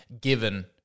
given